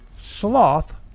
Sloth